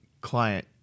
Client